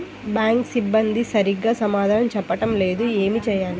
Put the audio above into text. Bank సిబ్బంది సరిగ్గా సమాధానం చెప్పటం లేదు ఏం చెయ్యాలి?